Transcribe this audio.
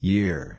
Year